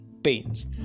beans